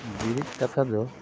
ᱵᱤᱨᱤᱫ ᱠᱟᱛᱷᱟ ᱫᱚ